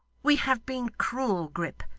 we have been cruel, grip,